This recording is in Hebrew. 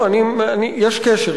יש קשר,